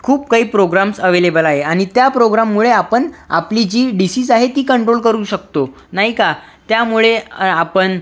खूप काही programmes available आहे आणि त्या प्रोग्राममुळे आपण आपली जी डिसिज आहे ती कंट्रोल करू शकतो नाही का त्यामुळे आपण